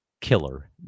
killer